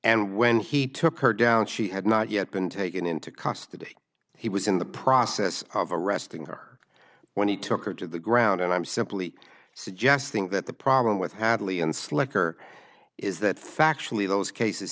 and when he took her down she had not yet been taken into custody he was in the process of arresting her when he took her to the ground and i'm simply suggesting that the problem with hadley and slicker is that factually those cases